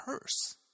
purse